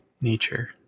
nature